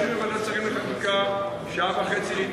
אנחנו יושבים בוועדת השרים לחקיקה שעה וחצי,